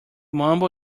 mumble